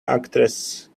actress